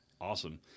Awesome